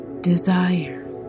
desire